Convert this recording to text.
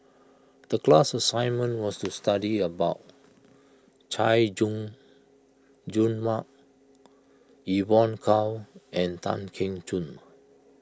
the class assignment was to study about Chay Jung Jun Mark Evon Kow and Tan Keong Choon